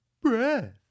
Breath